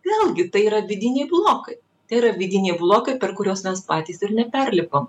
vėlgi tai yra vidiniai blokai tai yra vidiniai blokai per kuriuos mes patys ir neperlipam